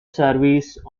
service